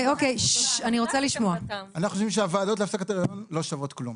אנחנו חושבים שהוועדות להפסקת הריון לא שוות כלום,